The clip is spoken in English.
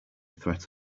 threat